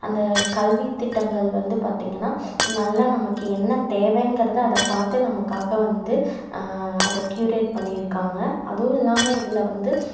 அந்த கல்வி திட்டங்கள் வந்து பார்த்திங்கனா நல்லா நமக்கு என்ன தேவைங்கிறத அதை பார்த்து நமக்காக வந்து அதை க்ரியேட் பண்ணியிருக்காங்க அதுவும் இல்லாமல் இதில் வந்து